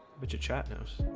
but your chat knows